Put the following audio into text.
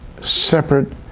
separate